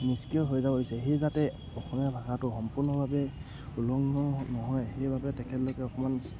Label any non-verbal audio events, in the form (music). নিষ্ক্ৰিয় হৈ যাব হৈ যাব (unintelligible) সেই যাতে অসমীয়া ভাষাটো সম্পূৰ্ণভাৱে উলংঘ নহয় সেইবাবে তেখেতলোকে অকণমান